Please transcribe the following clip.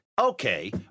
Okay